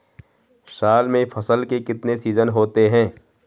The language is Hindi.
साल में फसल के कितने सीजन होते हैं?